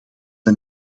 een